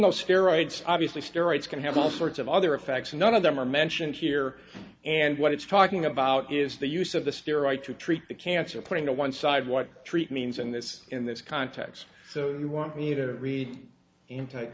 though steroids obviously steroids can have all sorts of other effects none of them are mentioned here and what it's talking about is the use of the steroid to treat the cancer according to one side what treat means in this in this context so you want me to read in